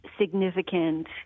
significant